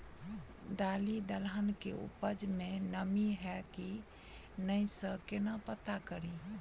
दालि दलहन केँ उपज मे नमी हय की नै सँ केना पत्ता कड़ी?